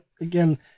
again